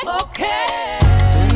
Okay